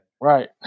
Right